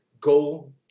go